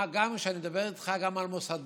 מה גם שאני מדבר איתך על מוסדות